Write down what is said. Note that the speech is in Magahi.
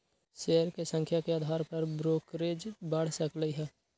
शेयर के संख्या के अधार पर ब्रोकरेज बड़ सकलई ह